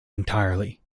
entirely